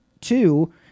Two